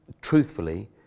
truthfully